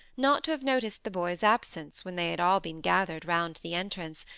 not to have noticed the boy's absence when they had all been gathered round the entrance,